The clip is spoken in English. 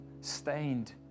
stained